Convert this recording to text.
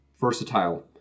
versatile